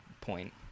point